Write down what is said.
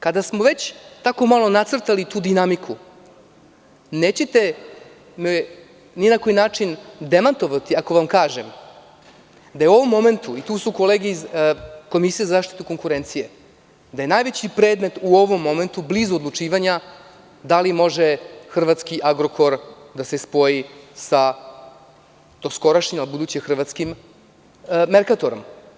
Kada smo već sada nacrtali malo tu dinamiku nećete ni na koji način demantovati ako vam kažem da je u ovom momentu, tu su kolege iz Komisije za zaštitu konkurencije, da je najveći predmet u ovom momentu blizu odlučivanja da li može hrvatski „Agrokor“ da se spoji sa budućim hrvatskim „Merkatorom“